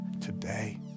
today